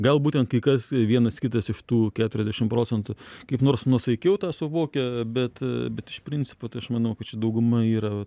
gal būtent kai kas vienas kitas iš tų keturiasdešim procentų kaip nors nuosaikiau tą suvokia bet iš principo tai aš manau kad čia dauguma yra